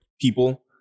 people